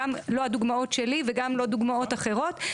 גם לא הדוגמאות שלי וגם לא דוגמאות אחרות.